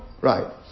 right